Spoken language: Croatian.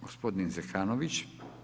Gospodin Zekanović.